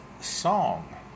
song